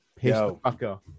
yo